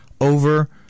over